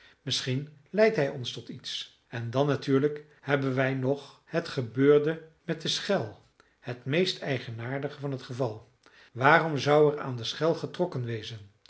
misschien leidt hij ons tot iets en dan natuurlijk hebben wij nog het gebeurde met de schel het meest eigenaardige van het geval waarom zou er aan de schel getrokken wezen